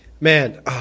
Man